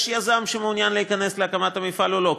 יש יזם שמעוניין להיכנס להקמת המפעל, או לא?